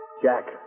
Jack